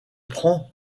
prends